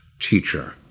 Teacher